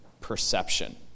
perception